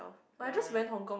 right